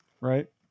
right